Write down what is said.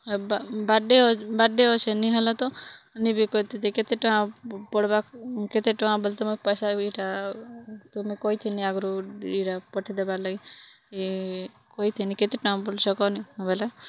ଏ ବା ବାଡ଼େ୍ ଅ ବାଡ଼େ୍ ଅଛି ନି ହେଲା ତ ନିବେ କେତେ ଯେ କେତେ ଟଙ୍କା ପ୍ ପଡ଼ବା କେତେ ଟଙ୍କା ବୋଲି ତ ତୋମ୍ ପଇସା ଇଏଟା ତୁମେ କହିଥିନି ଆଗରୁ ଏଇଟା ପଠେଇ ଦେବାର୍ ଲାଗି ଇଏ କହିଥିନି କେତେ ଟଙ୍କା ବଲୁଛ୍ କଅନି ବୋଇଲେ